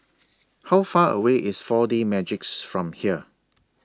How Far away IS four D Magix from here